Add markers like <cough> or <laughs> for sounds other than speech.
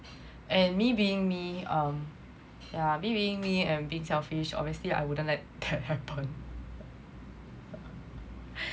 and me being me um yeah me being me I'm selfish obviously I wouldn't let that happen <laughs>